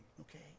okay